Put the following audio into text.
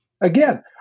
again